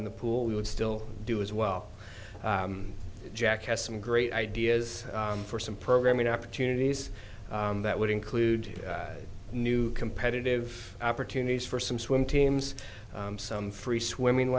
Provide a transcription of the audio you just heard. in the pool we would still do as well jack has some great ideas for some programming opportunities that would include new competitive opportunities for some swim teams some free swimming